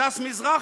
הדס מזרחי,